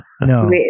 No